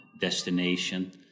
destination